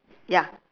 ya